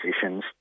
positions